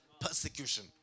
persecution